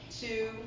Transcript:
two